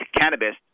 cannabis